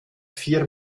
vier